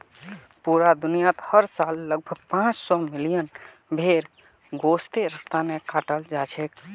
पूरा दुनियात हर साल लगभग पांच सौ मिलियन भेड़ गोस्तेर तने कटाल जाछेक